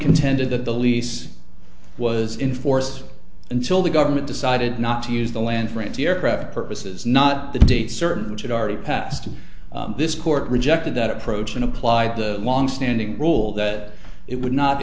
contended that the lease was in force until the government decided not to use the land france aircraft purposes not the date certain which had already passed and this court rejected that approach and applied the longstanding rule that it would not